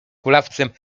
kulawcem